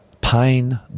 pain